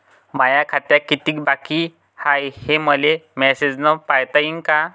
माया खात्यात कितीक बाकी हाय, हे मले मेसेजन पायता येईन का?